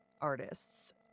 artists